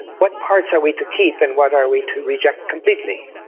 what parts are we to keep, and what are we to reject completely?